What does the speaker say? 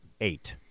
eight